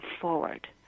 forward